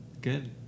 good